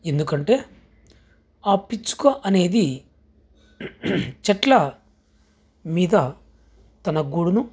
ఎందుకంటే ఆ పిచ్చుక అనేది చెట్ల మీద తన గూడును